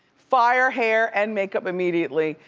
fire hair and makeup immediately.